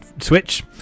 switch